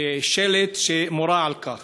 שלט שמורה על כך.